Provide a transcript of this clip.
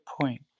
point